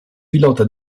pilota